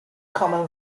common